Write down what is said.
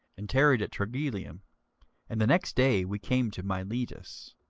and tarried at trogyllium and the next day we came to miletus.